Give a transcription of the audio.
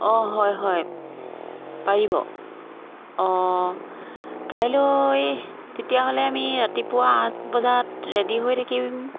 অঁ হয় হয় পাৰিব অঁ কাইলৈ তেতিয়াহ'লে আমি ৰাতিপুৱা আঠ বজাত ৰেডি হৈ থাকিম